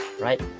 right